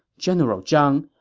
general zhang,